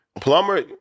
Plumber